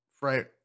right